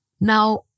Now